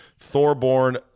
Thorborn